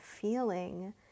feeling